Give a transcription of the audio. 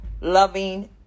loving